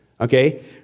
okay